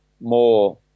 more